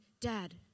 dad